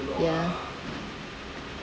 ya